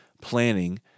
planning